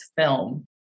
film